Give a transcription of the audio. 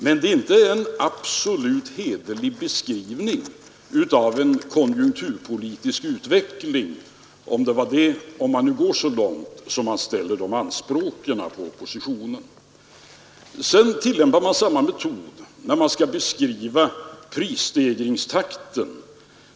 Men det är inte en absolut hederlig beskrivning av en konjunturpolitisk utveckling — om man nu skall gå så långt att man ställer det anspråket på oppositionen. Sedan tillämpar man samma metod när man skall beskriva prisstegringstakten.